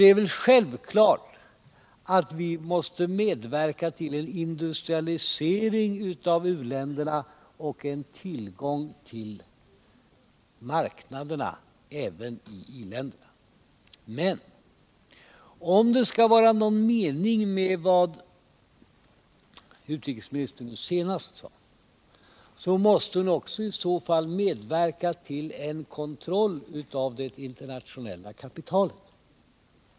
Det är självklart att vi måste medverka till en industrialisering av u-länderna och en tillgång till marknaden även i i-länderna. Men om det skall vara någon mening med vad utrikesministern senast sade måste hon också medverka till en kontroll av det internationella kapitalet.